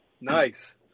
Nice